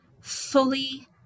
fully